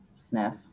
Sniff